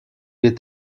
est